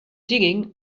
digging